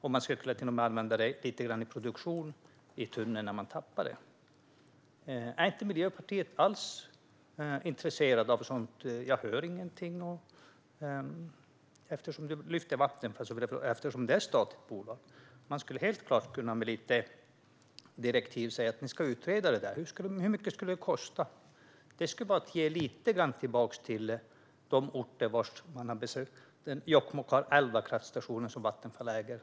Man skulle till och med kunna använda vattnet lite grann i produktionen i tunneln när man tappar det. Vi vill att det ska utredas. Är inte Miljöpartiet alls intresserat av det? Jag hör ingenting om det. Du lyfte fram Vattenfall som är ett statligt bolag. Man skulle helt klart med direktiv kunna säga att Vattenfall ska utreda detta. Hur mycket skulle det kosta? Det skulle ge lite grann tillbaka till dessa orter. Jokkmokk har elva kraftstationer som Vattenfall äger.